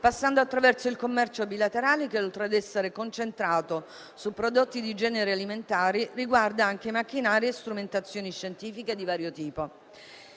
passando attraverso il commercio bilaterale che, oltre ad essere concentrato su prodotti di generi alimentari, riguarda anche macchinari e strumentazioni scientifiche di vario tipo.